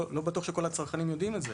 לא בטוח שכל הצרכנים יודעים את זה.